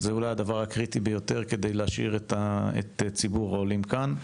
זה אולי הדבר הקריטי ביותר כדי להשאיר את ציבור העולים כאן.